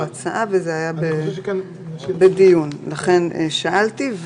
עלתה הצעה ולכן שאלתי.